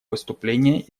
выступление